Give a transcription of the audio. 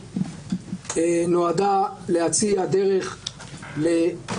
אז לכתוב היום אתם יכולים את מה שהם כבר יכולים בכל מקרה?